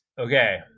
okay